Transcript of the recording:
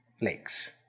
lakes